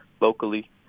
locally